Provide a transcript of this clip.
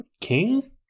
King